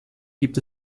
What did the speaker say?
gibt